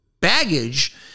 baggage